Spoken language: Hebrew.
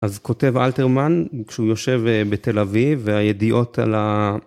אז כותב אלתרמן כשהוא יושב בתל אביב והידיעות על ה...